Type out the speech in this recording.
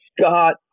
Scott